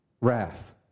wrath